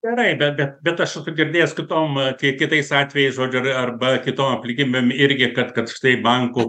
gerai be bet bet aš esu girdėjęs kitom kitais atvejais žodžiu arba kitom aplikybėm irgi kad kad štai bankų